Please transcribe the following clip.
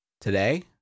today